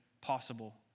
possible